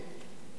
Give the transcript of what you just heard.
קבוצה הומוגנית.